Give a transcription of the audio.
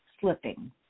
slipping